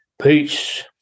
Peace